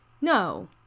No